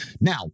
Now